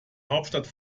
hauptstadt